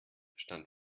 stand